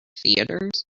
theatres